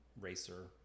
racer